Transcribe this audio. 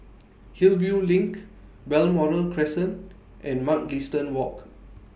Hillview LINK Balmoral Crescent and Mugliston Walk